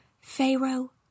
Pharaoh